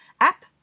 app